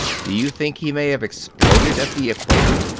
do you think he may have exploded at the equator?